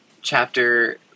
Chapter